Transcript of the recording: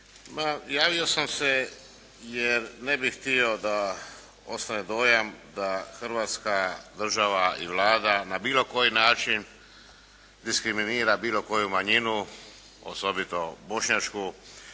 javio sam se jer ne bih htio da ostane dojam da Hrvatska država i Vlada na bilo koji način diskriminira bilo koju manjinu osobito bošnjačku.